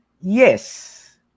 Yes